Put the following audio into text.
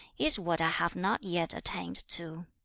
is what i have not yet attained to